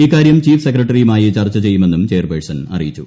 ഇക്കാര്യം ചീഫ് സെക്രട്ടറിയുമായി ചർച്ച ചെയ്യുമെന്നും ചെയർപേഴ്സൺ അറിയിച്ചു